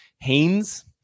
Haynes